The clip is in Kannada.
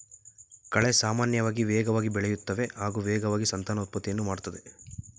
ಕಳೆ ಸಾಮಾನ್ಯವಾಗಿ ವೇಗವಾಗಿ ಬೆಳೆಯುತ್ತವೆ ಹಾಗೂ ವೇಗವಾಗಿ ಸಂತಾನೋತ್ಪತ್ತಿಯನ್ನು ಮಾಡ್ತದೆ